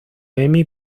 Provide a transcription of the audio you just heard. emmy